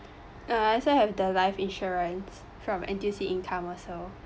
err I also have the life insurance from N_T_U_C income also